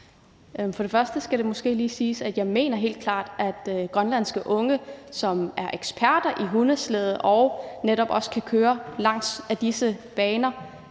For det første skal det måske lige siges, at jeg helt klart mener, at grønlandske unge, som er eksperter i hundeslæde og netop også kan køre disse